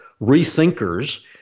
rethinkers